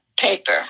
paper